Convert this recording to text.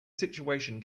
situation